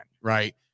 right